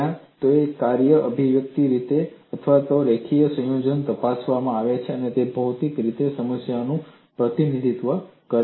ક્યાં તો કાર્યો વ્યક્તિગત રીતે અથવા રેખીય સંયોજનોમાં તપાસવામાં આવે છે કે તે ભૌતિક રીતે કઈ સમસ્યાનું પ્રતિનિધિત્વ કરે છે